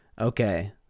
okay